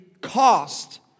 cost